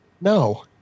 No